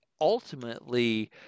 ultimately